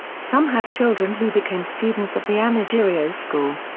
some had children who became students of the anargirios school.